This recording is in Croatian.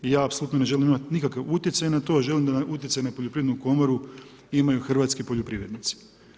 Ja apsolutno ne želim nikakav utjecaj na to, želi da utjecaj na Poljoprivrednu komoru imaju hrvatski poljoprivrednici.